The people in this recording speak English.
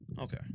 Okay